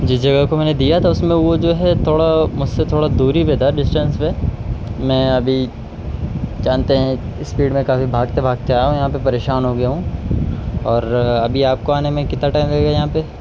جس جگہ کو میں نے دیا تھا اس میں وہ جو ہے تھوڑا مجھ سے تھوڑا دوری پہ تھا ڈسٹینس پہ میں ابھی جانتے ہیں اسپیڈ میں کافی بھاگتے بھاگتے آیا ہوں یہاں پہ پریشان ہو گیا ہوں اور ابھی آپ کو آنے میں کتنا ٹائم لگے گا یہاں پہ